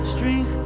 Street